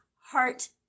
heart